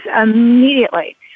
immediately